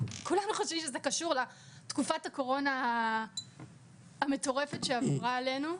וכולנו חושבים שזה קשור לתקופת הקורונה המטורפת שעברה עלינו.